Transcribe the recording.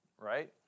right